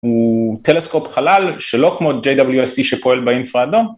הוא טלסקופ חלל שלא כמו JWST שפועל באינפרא אדום